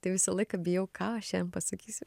tai visą laiką bijau ką aš šiandien pasakysiu